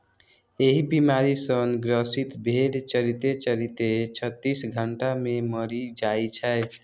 एहि बीमारी सं ग्रसित भेड़ चरिते चरिते छत्तीस घंटा मे मरि जाइ छै